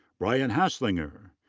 bryan haslinger.